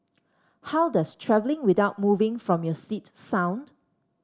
how does travelling without moving from your seat sound